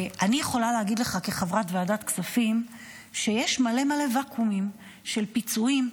אני יכולה להגיד לך כחברת ועדת כספים שיש מלא מלא ואקום של פיצוים,